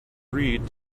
read